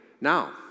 now